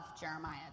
Jeremiah